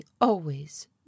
always